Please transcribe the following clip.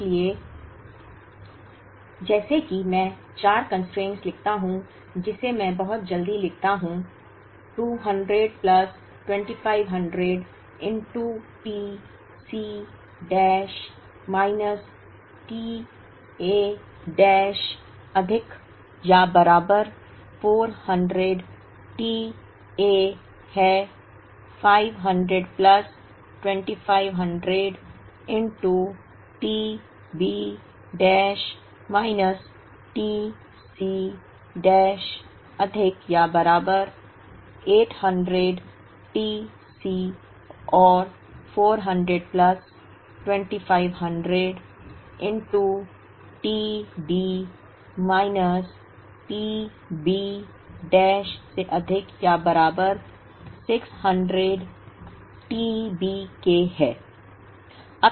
इसलिए जैसे कि मैं चार कंस्ट्रेंट्स लिखता हूं जिसे मैं बहुत जल्दी लिखता हूं 200 plus 2500 t C dash minus t A dash अधिक या बराबर 400 t A है 500 plus 2500 t B dash minus t C dash अधिक या बराबर 800 t C है और 400 plus 2500 t D minus t B dash से अधिक या बराबर 600 t B के है